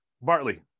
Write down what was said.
Bartley